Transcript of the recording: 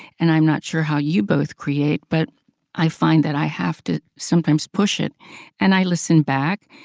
and i'm not sure how you both create, but i find that i have to sometimes push it and i listen back.